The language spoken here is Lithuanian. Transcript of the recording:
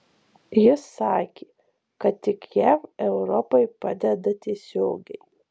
jis sakė kad tik jav europai padeda tiesiogiai